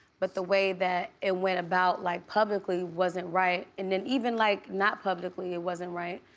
but the way that it went about like publicly wasn't right and then even like not publicly it wasn't right.